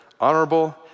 honorable